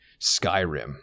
Skyrim